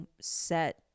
set